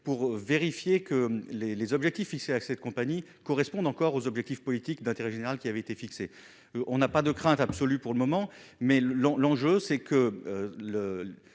pour vérifier que les les objectifs fixés à cette compagnie correspondent encore aux objectifs politiques d'intérêt général qui avait été fixé, on n'a pas de crainte absolue pour le moment, mais le long, l'enjeu c'est que